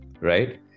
right